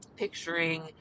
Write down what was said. Picturing